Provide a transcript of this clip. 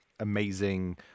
amazing